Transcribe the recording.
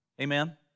Amen